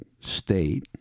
state